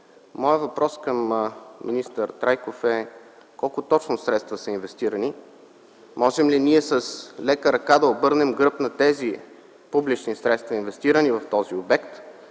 Моят въпрос към министър Трайков е: колко точно средства са инвестирани? Можем ли ние с лека ръка да обърнем гръб на тези публични средства, които са инвестирани в този обект?